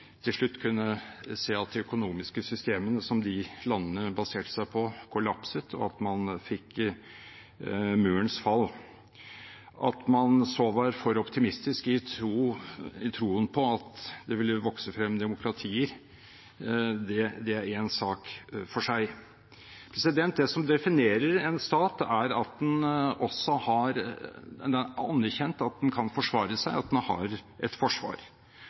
til slutt kunne se at de økonomiske systemene som de landene baserte seg på, kollapset, og at man fikk murens fall. At man så var for optimistisk i troen på at det ville vokse frem demokratier, er en sak for seg. Det som definerer en stat, er at det er anerkjent at den kan forsvare seg, at den har et forsvar.